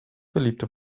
beliebte